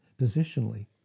positionally